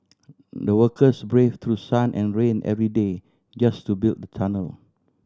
the workers braved through sun and rain every day just to build the tunnel